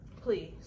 Please